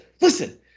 listen